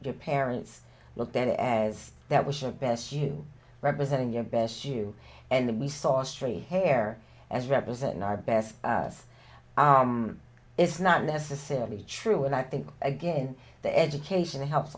your parents looked at it as that we should best you representing your best you and we saw straight hair as representing our best guess is not necessarily true and i think again the education helps